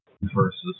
versus